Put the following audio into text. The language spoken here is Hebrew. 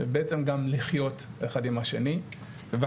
זה בעצם גם לחיות אחד עם השני וההיסטוריה